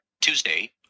Tuesday